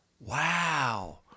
Wow